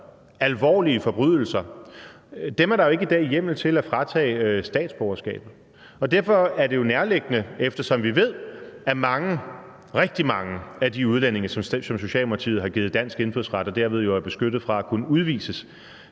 alvorlige forbrydelser? Dem er der jo ikke i dag hjemmel til at fratage statsborgerskabet. På baggrund af det, vi ved, om rigtig mange af de udlændinge, som Socialdemokratiet har givet dansk indfødsret, og som jo derved er beskyttet fra at kunne udvises